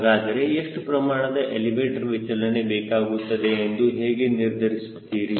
ಹಾಗಾದರೆ ಎಷ್ಟು ಪ್ರಮಾಣದ ಎಲಿವೇಟರ್ ವಿಚಲನೆ ಬೇಕಾಗುತ್ತದೆ ಎಂದು ಹೇಗೆ ನಿರ್ಧರಿಸುತ್ತೀರಿ